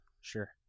Sure